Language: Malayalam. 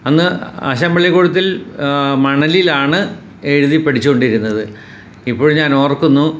അന്ന് ആശാൻ പള്ളിക്കൂടത്തിൽ മണലിലാണ് എഴുതി പഠിച്ചു കൊണ്ടിരുന്നത് ഇപ്പോൾ ഞാൻ ഓർക്കുന്നു